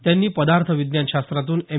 त्यांनी पदार्थ विज्ञान शास्त्रातून एम